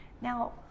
Now